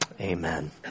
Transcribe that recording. Amen